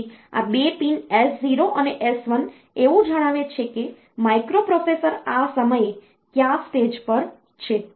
પછી આ 2 pin S0 અને S1 એવું જણાવે છે કે માઇક્રોપ્રોસેસર આ સમયે કયા સ્ટેજ પર છે